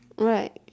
right